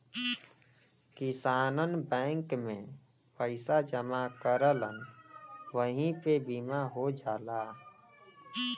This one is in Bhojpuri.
किसानन बैंक में पइसा जमा करलन वही पे बीमा हो जाला